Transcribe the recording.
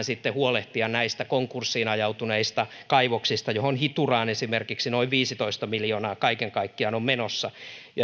sitten huolehtimaan näistä konkurssiin ajautuneista kaivoksista joista hituraan esimerkiksi noin viisitoista miljoonaa kaiken kaikkiaan on menossa